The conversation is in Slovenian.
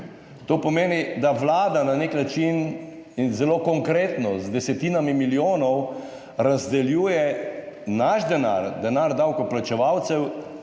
To pomeni, da Vlada na nek način in zelo konkretno z desetinami milijonov razdeljuje naš denar, denar davkoplačevalcev,